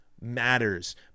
matters